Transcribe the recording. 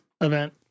event